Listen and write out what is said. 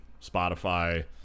Spotify